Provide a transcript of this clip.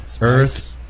Earth